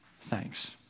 Thanks